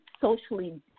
socially